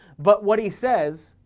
but what he says,